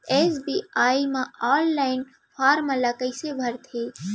SBI म online form ल कइसे भरथे?